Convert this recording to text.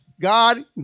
God